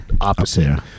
opposite